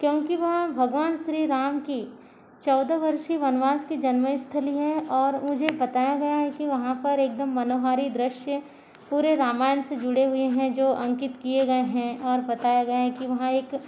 क्योंकि वहाँ भगवान श्री राम की चौदह वर्षीय वनवास की जन्मस्थली है और मुझे बताया गया है कि वहाँ पर एकदम मनोहारी दृश्य पूरे रामायण से जुड़े हुए हैं जो अंकित किए गए हैं और बताया गया है कि वहाँ एक